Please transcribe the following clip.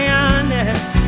honest